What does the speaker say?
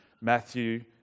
Matthew